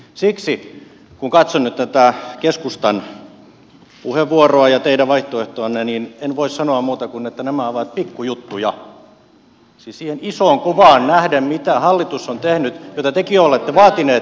siksi kun katson nyt tätä keskustan puheenvuoroa ja teidän vaihtoehtoanne en voi sanoa muuta kuin että nämä ovat pikkujuttuja siis siihen isoon kuvaan nähden mitä hallitus on tehnyt mitä tekin olette vaatineet